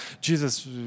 Jesus